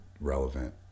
relevant